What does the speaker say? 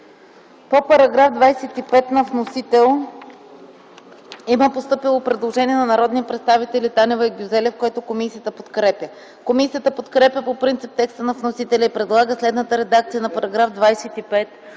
По § 9 на вносителя има постъпило предложение от народните представители Танева и Гюзелев, което комисията подкрепя. Комисията подкрепя по принцип текста на вносителя и предлага следната редакция на § 9,